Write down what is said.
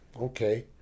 okay